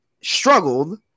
struggled